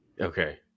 Okay